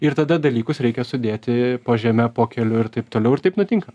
ir tada dalykus reikia sudėti po žeme po keliu ir taip toliau ir taip nutinka